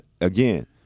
Again